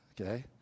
Okay